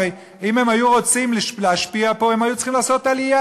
הרי אם הם היו רוצים להשפיע פה הם היו צריכים לעשות עלייה.